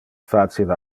facile